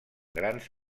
grans